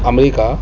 America